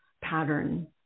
pattern